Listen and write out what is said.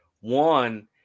One